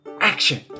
action